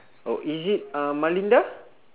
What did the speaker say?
oh is it uh malinda